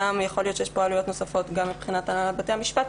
יכול להיות שיש פה עלויות נוספות גם מבחינת בתי המשפט,